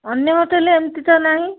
ଅନ୍ୟ ହୋଟେଲରେ ଏମିତି ତ ନାହିଁ